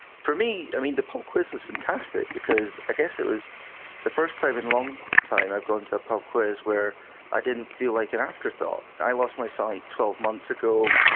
for me, i mean the pub quiz was fantastic because i guess it was the first time in a long time i'd gone to a pub quiz where i didn't feel like an afterthought. i lost my sight twelve months ago,